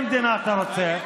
איזו מדינה אתה רוצה?